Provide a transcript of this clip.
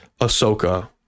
ahsoka